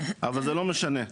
אבל זה לא משנה,